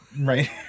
Right